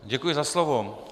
Děkuji za slovo.